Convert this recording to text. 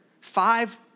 Five